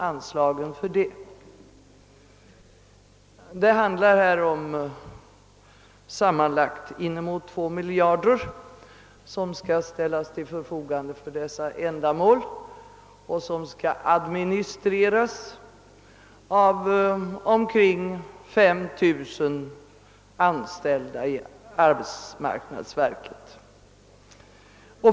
Det rör sig här om sammanlagt bortåt 2 miljarder kronor som skall ställas till förfogande för ifrågavarande ändamål och som skall administreras av omkring 5 000 anställda i arbetsmarknadsverket.